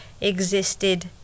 existed